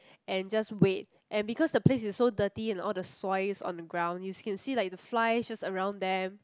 and just wait and because the place is so dirty and all the soys on the ground you can see like the flies just around them